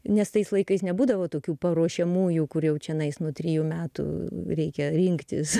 nes tais laikais nebūdavo tokių paruošiamųjų kur jau čianais nuo trijų metų reikia rinktis